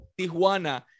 Tijuana